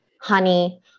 honey